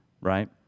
right